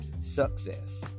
success